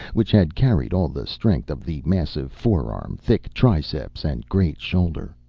which had carried all the strength of the massive forearm, thick triceps and great shoulder.